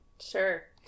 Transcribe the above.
Sure